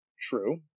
True